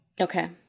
Okay